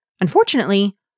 Unfortunately